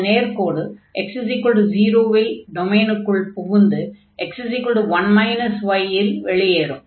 அந்த நேர்க்கோடு x0 இல் டொமைனுக்குள் புகுந்து x1 y இல் வெளியேறும்